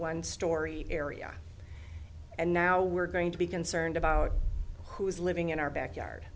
one story area and now we're going to be concerned about who is living in our backyard